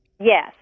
Yes